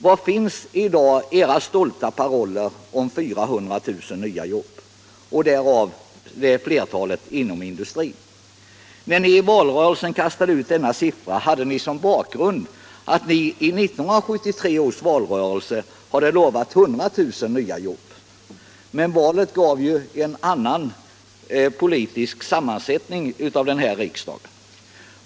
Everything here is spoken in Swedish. Var finns i dag era stolta paroller om 400 000 nya jobb, varav flertalet inom industrin? När ni i valrörelsen kastade ut denna siffra hade ni som bakgrund att ni i 1973 års valrörelse hade lovat 100 000 nya arbeten. Men valet medförde ju en annan politisk sammansättning av riksdagen.